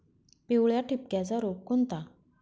पिवळ्या ठिपक्याचा रोग कोणता?